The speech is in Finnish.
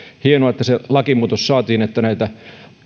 hienoa että se lakimuutos saatiin että näitä